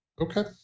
Okay